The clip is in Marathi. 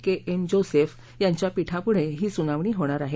के एम जोसेफ यांच्या पीठाप्ढे ही स्नावणी होणार आहे